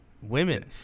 Women